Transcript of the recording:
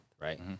right